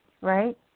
right